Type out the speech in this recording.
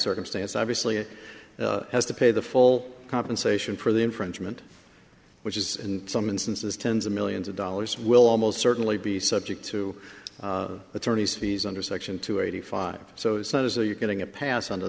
circumstance obviously has to pay the full compensation for the infringement which is in some instances tens of millions of dollars will almost certainly be subject to attorney's fees under section two eighty five so it's not as though you're getting a pass